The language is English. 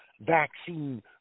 vaccine